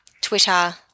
Twitter